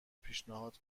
پیشنهاد